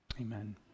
Amen